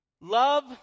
Love